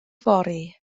fory